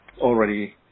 already